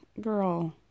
girl